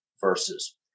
verses